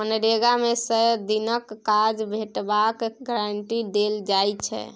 मनरेगा मे सय दिनक काज भेटबाक गारंटी देल जाइ छै